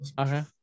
Okay